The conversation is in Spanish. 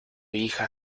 hija